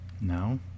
no